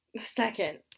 second